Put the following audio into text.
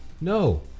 no